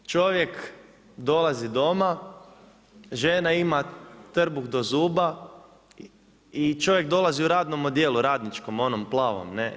Čovjek dolazi doma, žena ima trbuh do zuba i čovjek dolazi u radnom odijelu, radničkom, onom plavom, ne.